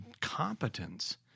competence